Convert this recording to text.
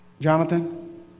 Jonathan